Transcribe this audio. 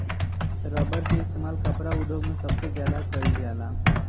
rubber के इस्तेमाल कपड़ा उद्योग मे सबसे ज्यादा कइल जाला